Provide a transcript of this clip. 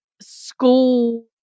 school